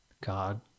God